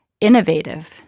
innovative